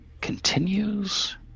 continues